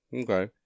okay